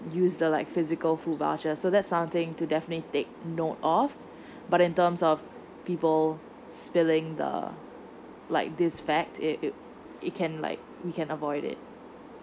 use the like physical food voucher so that's something to definitely take note of but in terms of people spilling the like this fact it it it can like we can avoid it